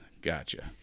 Gotcha